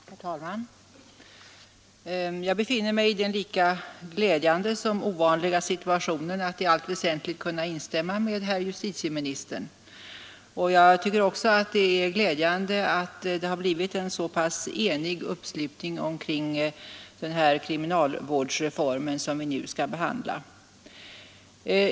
Herr talman! Jag befinner mig i den lika glädjande som ovanliga situationen att i allt väsentligt kunna instämma med herr justitieministern. Jag tycker också det är glädjande att det har blivit en så enig uppslutning kring den kriminalvårdsreform som vi nu skall behandla.